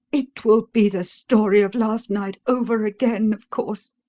it will be the story of last night over again, of course?